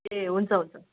ए हुन्छ हुन्छ